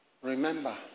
remember